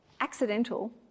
accidental